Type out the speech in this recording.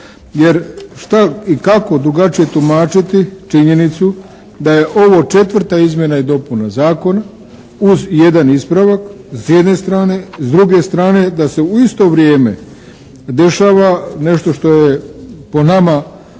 Jer šta i kako drugačije tumačiti činjenicu da je ovo četvrta izmjena i dopuna Zakona uz jedan ispravak, s jedne strane. S druge strane da se u isto vrijeme dešava nešto što je po nama gotovo